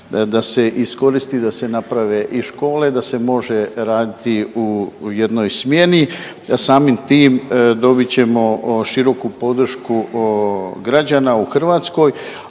da se iskoristi da se naprave i škole, da se može raditi u jednoj smjeni. Samim tim dobit ćemo široku podršku građana u Hrvatskoj,